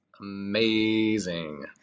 amazing